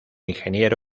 ingeniero